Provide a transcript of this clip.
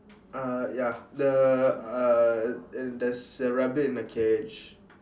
uh ya the uh there's a rabbit in my cage